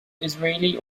israeli